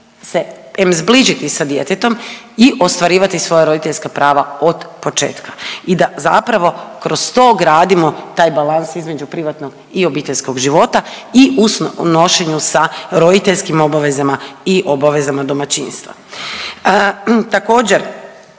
em zbližiti s djetetom i ostvarivati svoja roditeljska prava od početka i da zapravo kroz to gradimo taj balans između privatnog i obiteljskog života i u nošenju sa roditeljskim obavezama i obavezama domaćinstva.